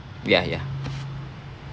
ya ya